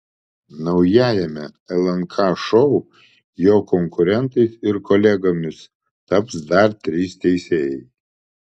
naujajame lnk šou jo konkurentais ir kolegomis taps dar trys teisėjai